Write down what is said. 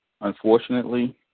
unfortunately